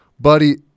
buddy